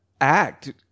act